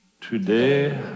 Today